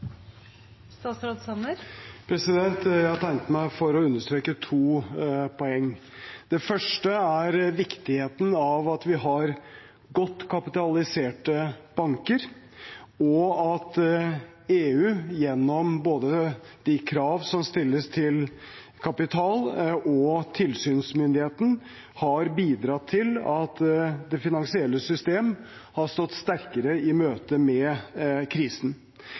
viktigheten av at vi har godt kapitaliserte banker, og at EU, både gjennom de kravene som stilles til kapital, og gjennom tilsynsmyndigheten, har bidratt til at det finansielle systemet har stått sterkere i møte med krisen.